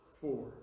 four